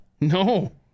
No